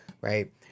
right